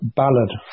ballad